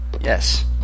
Yes